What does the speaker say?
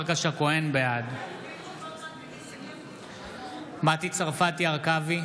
בעד מטי צרפתי הרכבי,